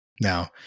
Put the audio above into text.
Now